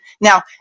Now